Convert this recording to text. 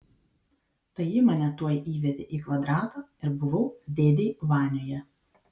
tai ji mane tuoj įvedė į kvadratą ir buvau dėdėj vanioje